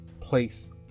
place